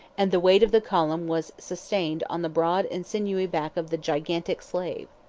and the weight of the column was sustained on the broad and sinewy back of the gigantic slave.